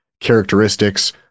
characteristics